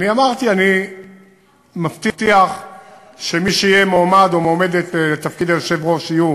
אמרתי שאני מבטיח שמי שיהיה מועמד או מועמדת לתפקיד היושב-ראש יהיו